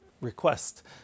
request